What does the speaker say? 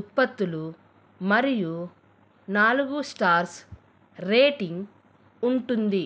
ఉత్పత్తులు మరియు నాలుగు స్టార్స్ రేటింగ్ ఉంటుంది